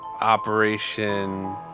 Operation